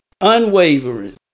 unwavering